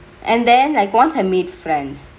and then like once I made friends